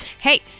hey